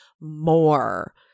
more